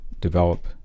develop